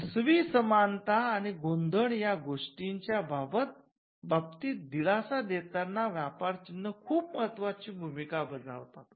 फसवी समानता आणि गोंधळ या गोष्टीच्या बाबतीत दिलासा देताना व्यापार चिन्ह खूप महत्वाची भूमिका बजावतात